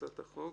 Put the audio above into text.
הצעת החוק.